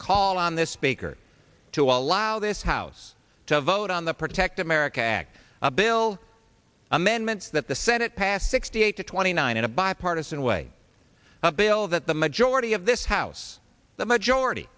call on this speaker to allow this house to vote on the protect america act bill amendments that the senate passed sixty eight to twenty nine in a bipartisan way a bill that the majority of this house the majority